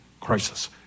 crisis